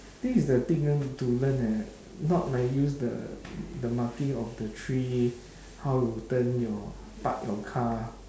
this is the thing ah need to learn ah not like use the the marking of the three how you turn your park your car